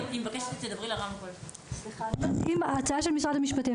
יש פה היגיון בהצעה של משרד המשפטים.